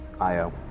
Io